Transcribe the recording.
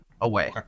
away